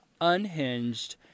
unhinged